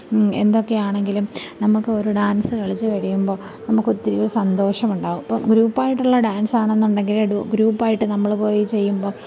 എന്തൊക്കെ ആണെങ്കിലും നമുക്കൊരു ഡാൻസ് കളിച്ചു കഴിയുമ്പം നമുക്ക് ഒത്തിരി സന്തോഷം ഉണ്ടാകും ഇപ്പോൾ ഗ്രൂപ്പ് ആയിട്ടുള്ള ഡാൻസ് ആണെന്നുണ്ടെങ്കിൽ ഡു ഗ്രൂപ്പ് ആയിട്ട് നമ്മൾ പോയി ചെയ്യുമ്പം